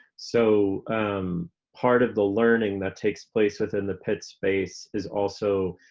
so part of the learning that takes place within the pit space is also